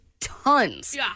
tons